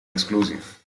exclusive